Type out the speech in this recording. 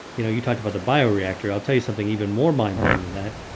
you know you talked about the bioreactor. i'll tell you something even more mind-blowing than that